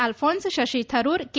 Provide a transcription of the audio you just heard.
અલ્ફોન્સ શશી થરૂર કે